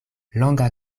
longa